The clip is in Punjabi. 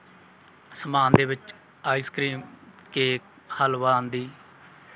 ਸਮਾਨ ਦੇ ਵਿੱਚ ਆਈਸਕ੍ਰੀਮ ਕੇਕ ਹਲਵਾ ਆਦਿ